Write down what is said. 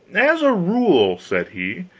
as a rule, said he,